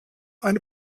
eine